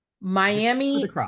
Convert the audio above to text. Miami